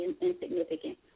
insignificant